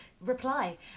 reply